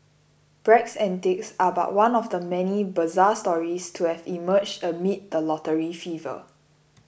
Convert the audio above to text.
Bragg's antics are but one of the many bizarre stories to have emerged amid the lottery fever